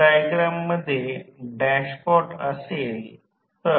तर 10 अँपिअर याचा अर्थ असा की 10 अँपिअर प्रवाह वाहू द्या